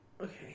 Okay